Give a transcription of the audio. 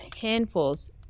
handfuls